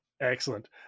Excellent